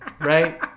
Right